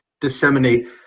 disseminate